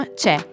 c'è